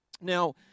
Now